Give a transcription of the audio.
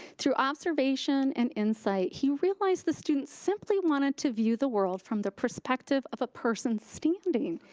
through observation and insight, he realized the student simply wanted to view the world from the perspective of a person standing,